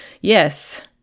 yes